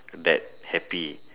that happy